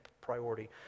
priority